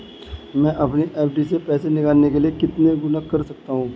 मैं अपनी एफ.डी से पैसे निकालने के लिए कितने गुणक कर सकता हूँ?